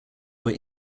were